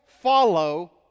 follow